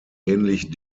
ähnlich